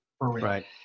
right